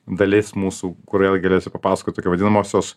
dalis mūsų kur vėl galėsiu papasakot tokią vadinamosios